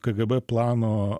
kgb plano